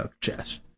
chess